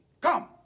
Come